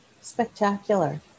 spectacular